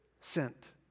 sent